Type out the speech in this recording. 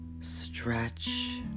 Stretch